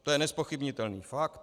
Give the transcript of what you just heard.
To je nezpochybnitelný fakt.